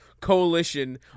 coalition